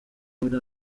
muri